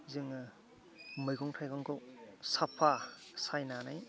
जोङो मैगं थाइगंखौ साफा सायनानै